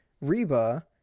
Reba